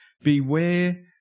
Beware